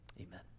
Amen